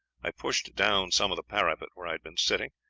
i pushed down some of the parapet where i had been sitting,